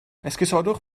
esgusodwch